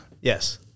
Yes